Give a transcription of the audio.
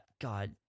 God